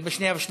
לשנייה ושלישית.